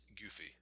goofy